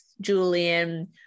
Julian